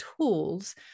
tools